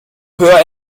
hör